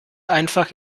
einfach